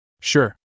Sure